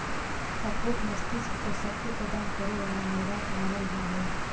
अखरोट मस्तिष्क को शक्ति प्रदान करे वाला मेवा मानल जा हई